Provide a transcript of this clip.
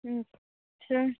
हूं अच्छा